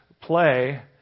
play